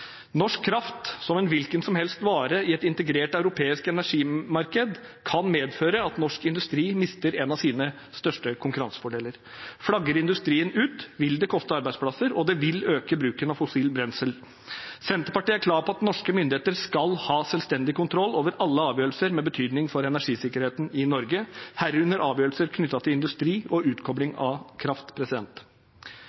Norsk kraft som en hvilken som helst vare i et integrert europeisk energimarked kan medføre at norsk industri mister en av sine største konkurransefordeler. Flagger industrien ut, vil det koste arbeidsplasser, og det vil øke bruken av fossilt brensel. Senterpartiet er klar på at norske myndigheter skal ha selvstendig kontroll over alle avgjørelser med betydning for energisikkerheten i Norge, herunder avgjørelser knyttet til industri og utkobling